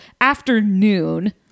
afternoon